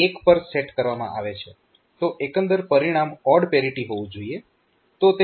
તો એકંદર પરિણામ ઓડ પેરીટી હોવું જોઈએ